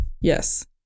Yes